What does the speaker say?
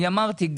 אני אמרתי,